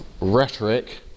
rhetoric